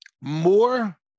more